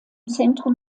zentrum